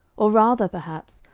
or rather, perhaps,